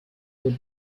would